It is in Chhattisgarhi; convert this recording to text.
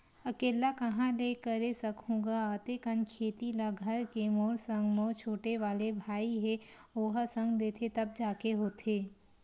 अकेल्ला काँहा ले करे सकहूं गा अते कन खेती ल घर के मोर संग मोर छोटे वाले भाई हे ओहा संग देथे तब जाके होथे